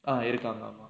ah இருக்காங்கirukkaanga